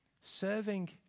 Serving